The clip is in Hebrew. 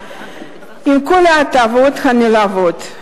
עם כל ההטבות הנלוות,